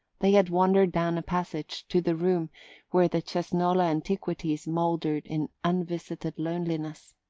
they had wandered down a passage to the room where the cesnola antiquities mouldered in unvisited loneliness.